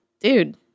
dude